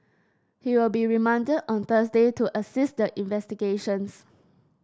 he will be remanded on Thursday to assist in investigations